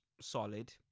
solid